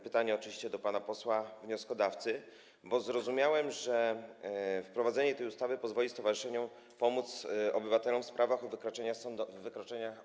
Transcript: Pytanie jest oczywiście do pana posła wnioskodawcy, bo zrozumiałem, że wprowadzenie tej ustawy pozwoli stowarzyszeniom pomóc obywatelom w sprawach o wykroczenia w sądzie.